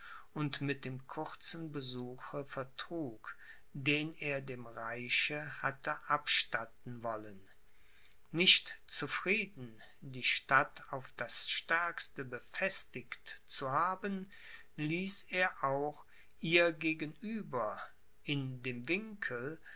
und mit dem kurzen besuche vertrug den er dem reiche hatte abstatten wollen nicht zufrieden die stadt auf das stärkste befestigt zu haben ließ er auch ihr gegenüber in dem winkel